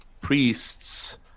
priests